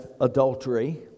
adultery